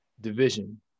division